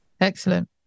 Excellent